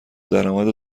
درآمد